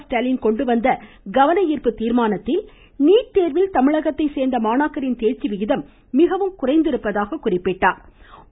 ஸ்டாலின் கொண்டுவந்த கவனசா்ப்பு தீா்மானத்தில் நீட்தோ்வில் தமிழகத்தை சேர்ந்த மாணாக்கரின் தேர்ச்சி விகிதம் மிகவும் குறைந்திருப்பதாக கூறினார்